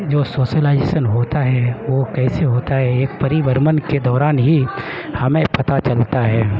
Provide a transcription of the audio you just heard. جو سوسلائزیسن ہوتا ہے وہ کیسے ہوتا ہے ایک پری بھرمن کے دوران ہی ہمیں پتا چلتا ہے